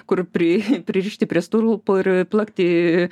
kur pri pririšti prie stulpo ir plakti